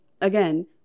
again